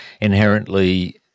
inherently